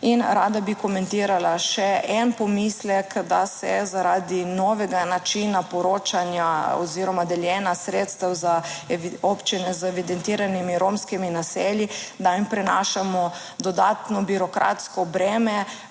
In rada bi komentirala še en pomislek, da se zaradi novega načina poročanja oziroma deljenja sredstev za občine z evidentiranimi romskimi naselji, da jim prinašamo dodatno birokratsko breme